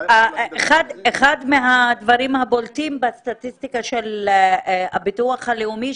אחד הדברים הבולטים בסטטיסטיקה של הביטוח הלאומי,